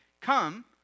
Come